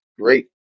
great